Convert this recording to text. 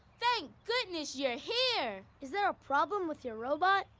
thank goodness you're here! is there a problem with your robot?